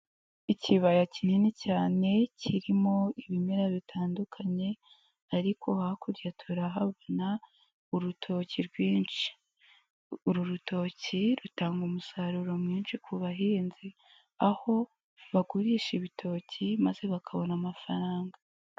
Ikibaya kinini cyane kirimo ibimera bitandukanye ariko hakurya turahabona urutoki rwinshi, uru rutoki rutanga umusaruro mwinshi ku bahinzi aho bagurisha ibitoki maze bakabona amafaranga.